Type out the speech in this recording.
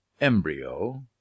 embryo